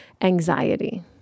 anxiety